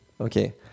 Okay